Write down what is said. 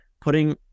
putting